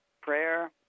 prayer